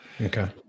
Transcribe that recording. Okay